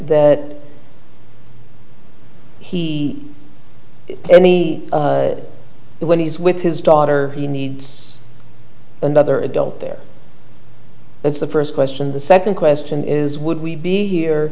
that he any when he's with his daughter he needs another adult there that's the first question the second question is would we be